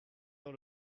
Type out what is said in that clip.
dans